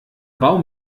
baum